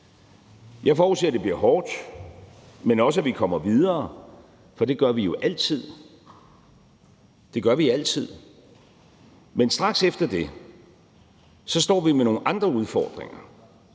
Jeg forudser, at det bliver hårdt, men også, at vi kommer videre, for det gør vi jo altid. Men straks efter det står vi med nogle andre udfordringer,